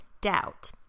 Doubt